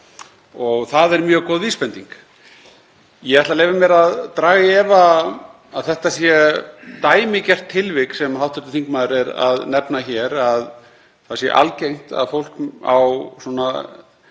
og það er mjög góð vísbending. Ég ætla að leyfa mér að draga í efa að þetta sé dæmigert tilvik sem hv. þingmaður er að nefna hér, að það sé algengt að fólk neðarlega